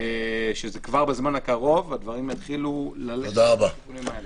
שכבר בזמן הקרוב הדברים יתחילו ללכת לכיוונים האלה.